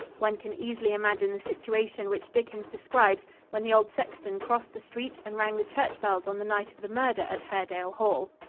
one can easily imagine the situation which dickens describes when the old sexton crossed the street and rang the church bells on the night of the murder at haredale hall.